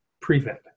Prevent